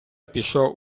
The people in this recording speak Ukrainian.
пішов